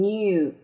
New